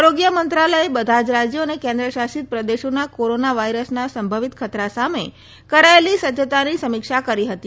આરોગ્ય મંત્રાલયે બધાજ રાજયો અને કેન્દ્ર શાસિત પ્રદેશોમાં કોરોના વાયરસના સંભવિત ખતરા સામે કરાયેલી સજજતાની સમીક્ષા કરી હતી